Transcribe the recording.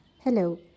Hello